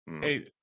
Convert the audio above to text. hey